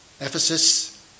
Ephesus